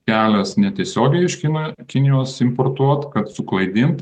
kelias ne tiesiogiai iš kino kinijos importuot kad suklaidint